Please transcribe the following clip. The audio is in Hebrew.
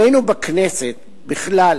עלינו, בכנסת בכלל